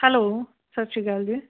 hello ਸਤਿ ਸ਼੍ਰੀ ਅਕਾਲ ਜੀ